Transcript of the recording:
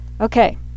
okay